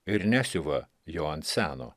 ir nesiuva jo ant seno